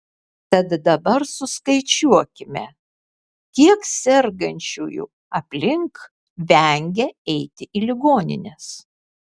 tad dabar suskaičiuokime kiek sergančiųjų aplink vengia eiti į ligonines